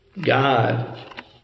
God